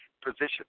position